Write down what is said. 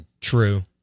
True